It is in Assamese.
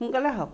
সোনকালে আহক